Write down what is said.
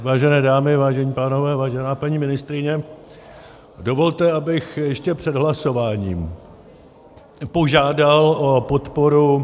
Vážené dámy, vážení pánové, vážená paní ministryně, dovolte, abych ještě před hlasováním požádal o podporu...